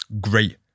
Great